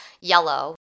yellow